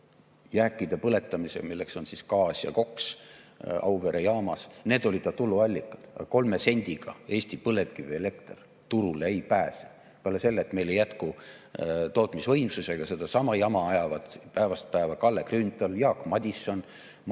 jääkide põletamisele, milleks on gaas ja koks Auvere jaamas. Need olid tuluallikad. Aga 3 sendiga Eesti põlevkivielekter turule ei pääse. Peale selle, et meil ei jätku tootmisvõimsust. Aga sedasama jama ajavad päevast päeva Kalle Grünthal, Jaak Madison